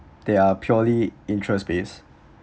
they are purely interest base